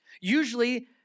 Usually